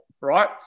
right